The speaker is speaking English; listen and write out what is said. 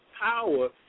power